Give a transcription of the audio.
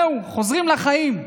זהו, חוזרים לחיים,